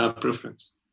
Preference